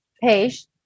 Page